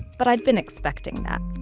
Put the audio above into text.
but i'd been expecting that.